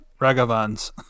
Ragavans